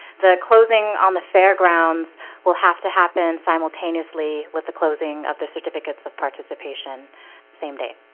the closing on the fairgrounds will have to happen simultaneously with the closing of their certificates of participation same day